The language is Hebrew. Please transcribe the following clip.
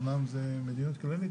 אומנם שזו מדיניות כללית.